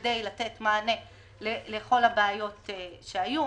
כדי לתת מענה לכל הבעיות שהיו.